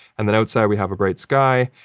and then, outside, we have a bright sky.